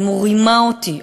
אם הוא רימה אותי,